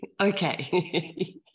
okay